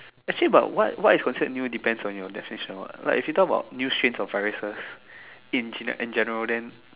actually but what what is considered new depends on your definition what right if you talk about new strains of fried rice in general